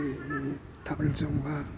ꯊꯥꯕꯜ ꯆꯣꯡꯕ